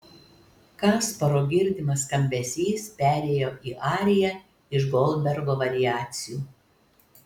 kasparo girdimas skambesys perėjo į ariją iš goldbergo variacijų